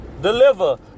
Deliver